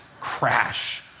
crash